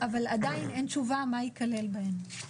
אבל עדיין אין תשובה מה ייכלל בהם.